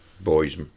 boys